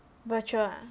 virtual ah